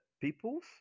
peoples